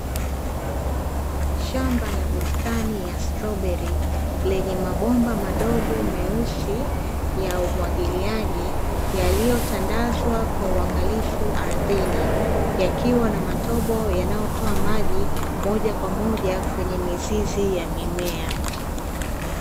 Shamba la bustani ya stroberi, lenye mabomba madogo meusi, ya umwagiliaji, yaliotandazwa kwa uangalifu ardhini, yakiwa na matobo yanayotoa maji moja kwa moja kwenye mizizi ya mimea.